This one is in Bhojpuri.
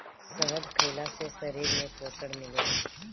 शहद खइला से शरीर में पोषण मिलेला